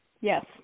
yes